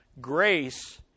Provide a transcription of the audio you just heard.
grace